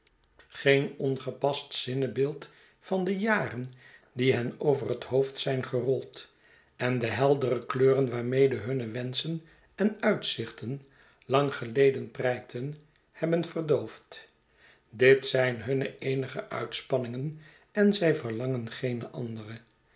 geen ongepast zinnebeeld van de jaren die hen over het hoofd zijn gerold en de heldere kleuren waarmede hunne wenschen en uitzichten lang geleden prijkten hebben verdoofd dit zijn hunne eenige uitspanningen en zij verlangen geene andere